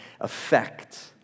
effect